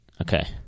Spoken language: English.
Okay